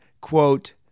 quote